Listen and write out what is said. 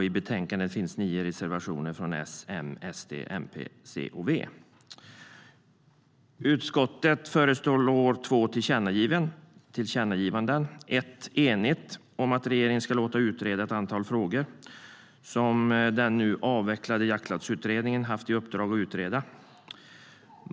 I betänkandet finns tio reservationer från S, M, SD, MP, C och V.Utskottet föreslår två tillkännagivanden. Ett är enigt och innebär att regeringen ska låta utreda ett antal frågor som den nu avvecklade Jaktlagsutredningen haft i uppdrag att utreda.